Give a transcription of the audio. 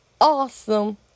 awesome